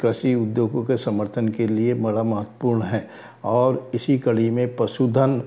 कृषि उद्योगों के समर्थन के लिए बड़ा महत्वपूर्ण है और इसी कड़ी में पशुधन